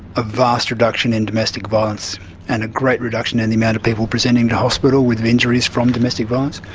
a vast reduction in domestic violence and a great reduction in the amount of people presenting to hospital with injuries from domestic violence.